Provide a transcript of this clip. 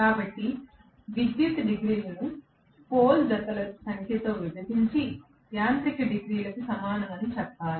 కాబట్టి విద్యుత్ డిగ్రీలను పోల్ జతల సంఖ్యతో విభజించి యాంత్రిక డిగ్రీలకు సమానం అని చెప్పాలి